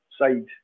side